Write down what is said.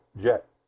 jet